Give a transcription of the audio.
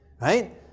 Right